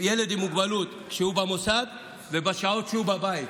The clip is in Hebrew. כשהוא במוסד ובשעות שהוא בבית.